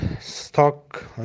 stock